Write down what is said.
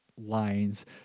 lines